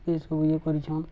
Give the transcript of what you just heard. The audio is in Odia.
ଏସବୁ ଏଁ କରିଛନ୍ଁ